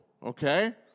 Okay